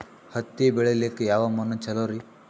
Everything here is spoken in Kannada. ಹತ್ತಿ ಬೆಳಿಲಿಕ್ಕೆ ಯಾವ ಮಣ್ಣು ಚಲೋರಿ?